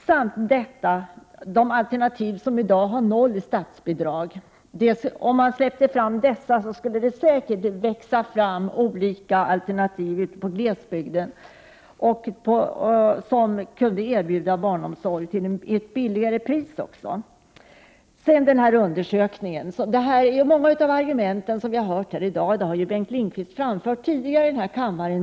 Om man dessutom släppte fram de alternativ som inte har några statsbidrag skulle det säkert växa fram olika alternativ i glesbygden — alternativ som kunde erbjuda barnomsorg också till ett lägre pris. Många av de argument som vi i dag hört har ju Bengt Lindqvist framfört många gånger tidigare i denna kammare.